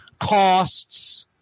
costs